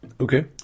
Okay